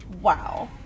Wow